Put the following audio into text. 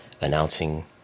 announcing